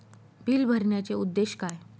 Bill भरण्याचे उद्देश काय?